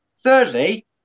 Thirdly